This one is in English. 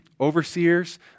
overseers